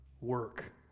work